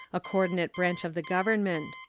a coordinate branch of the government.